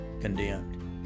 condemned